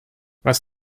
was